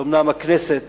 שאומנם הכנסת